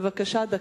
בבקשה, דקה.